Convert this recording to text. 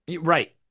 Right